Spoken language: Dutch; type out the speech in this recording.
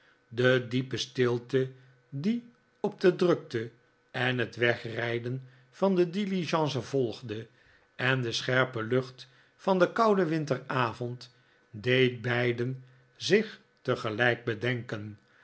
de diepe stilte die op de drukte en het wegrijden van de diligence volgde en de scherpe lucht van den kouden winteravond deed beiden zich tegelijk bedenken